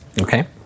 Okay